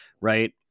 Right